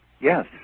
Yes